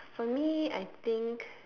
for me I think